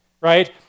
right